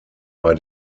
bei